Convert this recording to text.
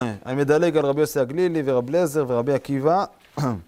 אני מדלג על רבי יוסי הגלילי ורבי אליעזר ורבי עקיבא